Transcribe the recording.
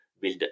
build